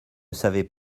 savaient